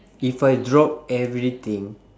if I drop everything